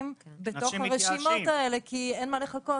בתוך הרשימות האלה כי אין מה לחכות.